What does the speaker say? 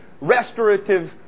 restorative